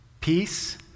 peace